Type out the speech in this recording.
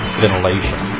ventilation